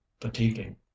fatiguing